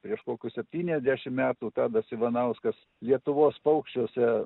prieš kokius septyniasdešim metų tadas ivanauskas lietuvos paukščiuose